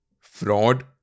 fraud